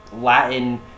Latin